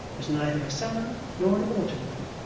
was neither a summer nor an autumn one,